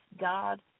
God